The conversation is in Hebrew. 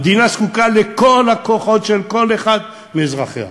המדינה זקוקה לכל הכוחות של כל אחד מאזרחיה.